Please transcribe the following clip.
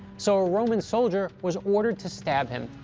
so a roman soldier was ordered to stab him.